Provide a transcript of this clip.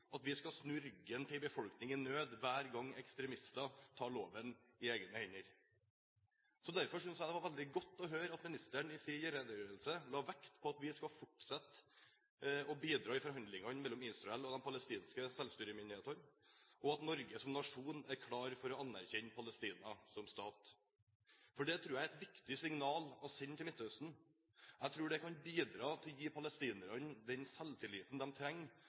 at vi skal snu ryggen til en befolkning i nød hver gang ekstremister tar loven i egne hender. Derfor syntes jeg det var veldig godt å høre at ministeren i sin redegjørelse la vekt på at vi skal fortsette med å bidra i forhandlingene mellom Israel og de palestinske selvstyremyndighetene, og at Norge som nasjon er klar for å anerkjenne Palestina som stat. Det tror jeg er et viktig signal å sende til Midtøsten. Jeg tror det kan bidra til å gi palestinerne den selvtilliten de trenger